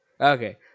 okay